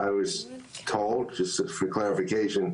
כפי שכבר דיברנו,